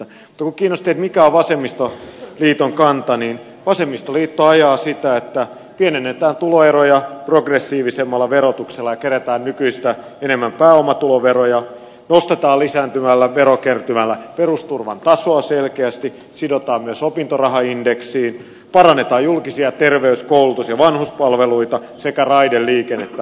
mutta kun kiinnosti mikä on vasemmistoliiton kanta niin vasemmistoliitto ajaa sitä että pienennetään tuloeroja progressiivisemmalla verotuksella ja kerätään nykyistä enemmän pääomatuloveroja nostetaan lisääntyvällä verokertymällä perusturvan tasoa selkeästi sidotaan myös opintoraha indeksiin parannetaan julkisia terveys koulutus ja vanhuspalveluita sekä raideliikennettä